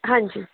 ਹਾਂਜੀ